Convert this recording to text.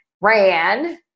ran